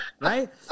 Right